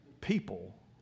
people